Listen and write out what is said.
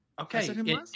Okay